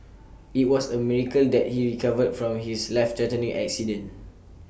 IT was A miracle that he recovered from his life threatening accident